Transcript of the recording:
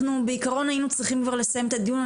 אנחנו בעיקרון כבר היינו צריכים לסיים את הדיון,